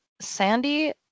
Sandy